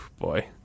boy